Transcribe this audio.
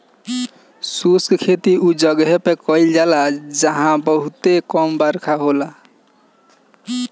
शुष्क खेती उ जगह पे कईल जाला जहां बहुते कम बरखा होखेला